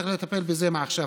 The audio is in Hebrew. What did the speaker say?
צריך לטפל בזה מעכשיו.